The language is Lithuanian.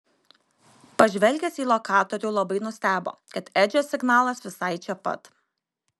pažvelgęs į lokatorių labai nustebo kad edžio signalas visai čia pat